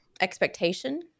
expectation